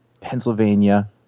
pennsylvania